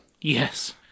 Yes